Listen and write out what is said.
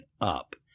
up